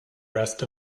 rest